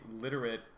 literate